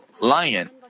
lion